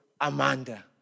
Amanda